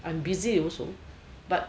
I'm busy also but